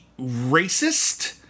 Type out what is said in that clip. racist